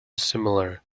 similar